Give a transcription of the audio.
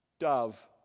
dove